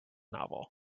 novel